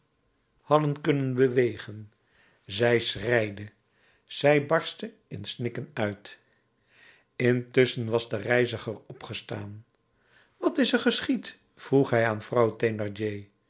hadden kunnen bewegen zij schreide zij barstte in snikken uit intusschen was de reiziger opgestaan wat is er geschied vroeg hij aan vrouw